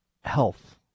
health